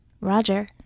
Roger